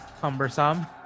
cumbersome